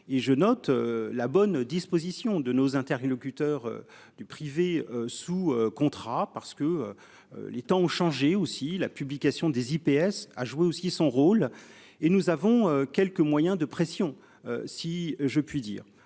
et je note la bonne disposition de nos interlocuteurs. Du privé sous contrat parce que. Les temps ont changé aussi la publication des IPS à jouer aussi son rôle et nous avons quelques moyens de pression, si je puis dire.